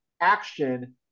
action